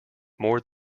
more